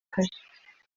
kare